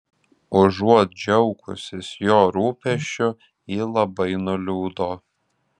užuot džiaugusis jo rūpesčiu ji labai nuliūdo